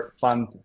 fun